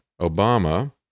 Obama